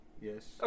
Yes